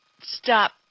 stop